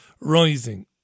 rising